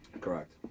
Correct